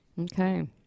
Okay